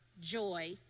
joy